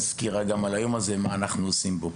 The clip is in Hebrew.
סקירה על היום עצמו ועל מה שאנחנו עושים בו.